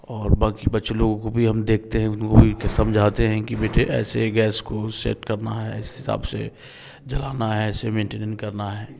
और बाकी बच्चे लोगों को भी हम देखते हैं उनको भी समझाते हैं कि बेटे ऐसे गैस को सेट करना है इस हिसाब से जलाना है ऐसे मेंटेन करना है